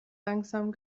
langsam